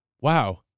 wow